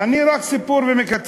אני רק מספר סיפור ומקצר.